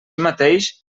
mateix